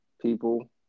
people